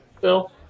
Phil